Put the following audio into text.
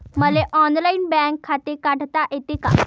मले online bank खाते काढता येते का?